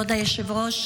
כבוד היושב-ראש,